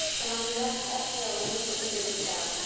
and on your next exhale, release the fingertips down.